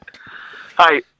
Hi